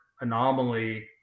anomaly